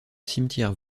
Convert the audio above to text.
cimetière